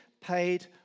Paid